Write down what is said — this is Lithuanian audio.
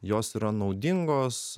jos yra naudingos